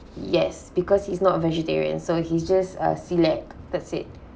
yes because he's not vegetarian so he's just uh celiac that's it